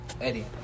Eddie